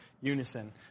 unison